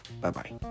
bye-bye